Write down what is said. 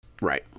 Right